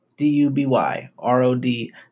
D-U-B-Y-R-O-D